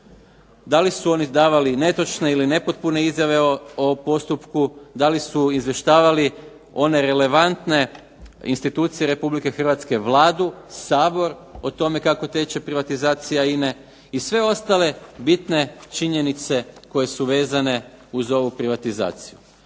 da li su oni davali netočne ili nepotpune izjave o ovom postupku, dali su izvještavali one relevantne institucije Republike Hrvatske Vladu, Sabor o tome kako teče privatizacija INA-e i sve ostale bitne činjenice koje su vezane uz ovu privatizaciju.